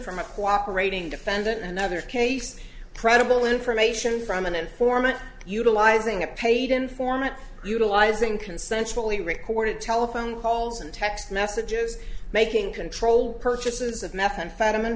from a cooperating defendant another case credible information from an informant utilizing a paid informant utilizing consensually recorded telephone calls and text messages making controlled purchases of methamphetamine